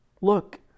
Look